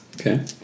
Okay